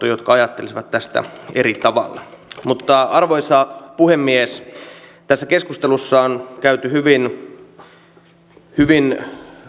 jotka ajattelisivat tästä eri tavalla arvoisa puhemies tässä keskustelussa on käyty hyvin hyvin